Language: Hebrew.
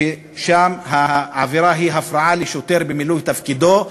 שם העבירה היא הפרעה לשוטר במילוי תפקידו,